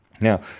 Now